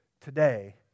today